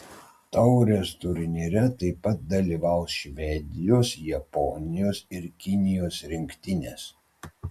taurės turnyre taip pat dalyvaus švedijos japonijos ir kinijos rinktinės